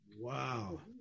Wow